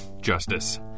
Justice